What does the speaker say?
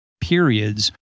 periods